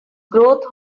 growth